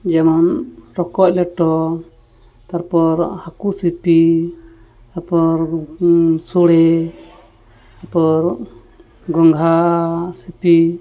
ᱡᱮᱢᱚᱱ ᱨᱚᱠᱚᱡ ᱞᱮᱴᱚ ᱛᱟᱨᱯᱚᱨ ᱦᱟᱹᱠᱩ ᱥᱤᱯᱤ ᱛᱟᱨᱯᱚᱨ ᱥᱚᱲᱮ ᱛᱟᱨᱯᱚᱨ ᱜᱚᱝᱜᱷᱟ ᱥᱤᱯᱤ